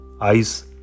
eyes